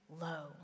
low